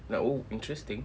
like oh interesting